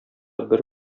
бер